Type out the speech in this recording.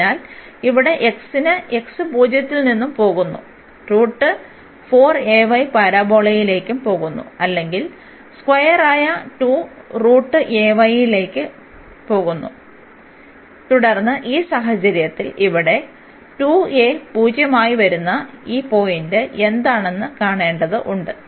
അതിനാൽ ഇവിടെ x ന് x 0ൽ നിന്ന് പോകുന്നു പരാബോളയിലേക്കും പോകുന്നു അല്ലെങ്കിൽ സ്ക്വയറായ ലേക്ക് ഈ തുടർന്ന് ഈ സാഹചര്യത്തിൽ ഇവിടെ 2a 0 ആയി വരുന്ന ഈ പോയിന്റ് എന്താണെന്നും കാണേണ്ടതുണ്ട്